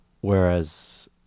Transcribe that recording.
Whereas